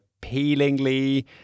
appealingly